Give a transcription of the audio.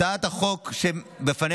הצעת החוק שלפנינו,